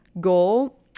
goal